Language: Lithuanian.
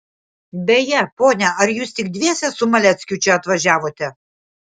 beje ponia ar jūs tik dviese su maleckiu čia atvažiavote